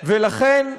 ולכן,